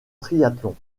triathlon